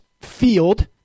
field